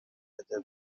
بده